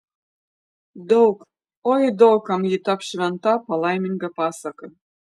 daug oi daug kam ji taps šventa palaiminga pasaka